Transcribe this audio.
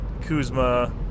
Kuzma